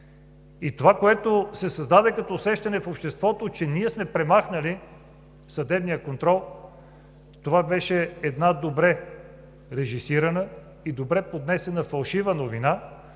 Това, което се създаде като усещане в обществото, че ние сме премахнали съдебния контрол, беше една добре режисирана и добре поднесена фалшива новина,